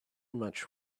much